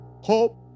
hope